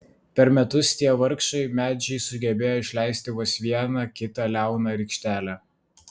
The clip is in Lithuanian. per metus tie vargšai medžiai sugebėjo išleisti vos vieną kitą liauną rykštelę